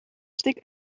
stik